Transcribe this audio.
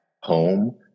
home